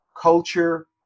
culture